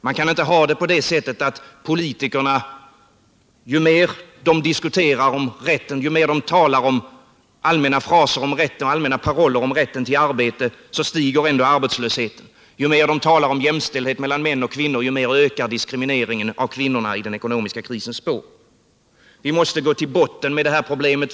Man kan inte ha det på det sättet att ju mer politikerna talar i allmänna fraser och allmänna paroller om rätten till arbete, ju mer stiger arbetslösheten. Ju mer de talar om jämställdhet mellan män och kvinnor, ju mer ökar diskrimineringen av kvinnorna i den ekonomiska krisens spår. Vi måste gå till botten med det här problemet.